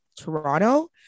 Toronto